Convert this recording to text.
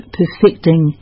perfecting